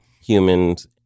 humans